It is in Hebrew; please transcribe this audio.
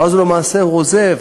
ואז למעשה הוא עוזב.